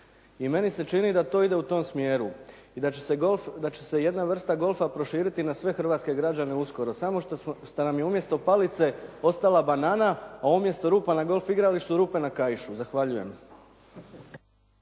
i meni se čini da to ide u tom smjeru i da će se jedna vrsta golfa proširiti na sve hrvatske građane uskoro, samo što nam je umjesto palice ostala banana, a umjesto rupa na golf igralištu rupa na kaišu. Zahvaljujem.